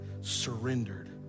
surrendered